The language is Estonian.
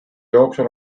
jooksul